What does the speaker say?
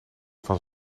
van